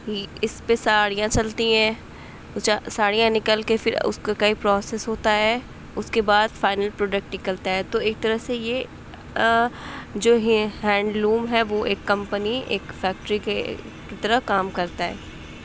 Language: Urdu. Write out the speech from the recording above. اس پہ ساڑیاں چلتی ہیں اوچا ساڑیاں نکل کے پھر اس کے کئی پروسیس ہوتا ہے اس کے بعد فائنل پروڈکٹ نکلتا ہے تو ایک طرح سے یہ جو ہے ہینڈ لوم ہے وہ ایک کمپنی ایک فیکٹری کے طرح کام کرتا ہے